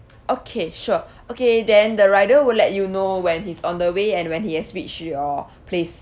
okay sure okay then the rider will let you know when he's on the way and when he has reached your place